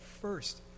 first